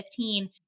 2015